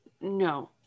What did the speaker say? No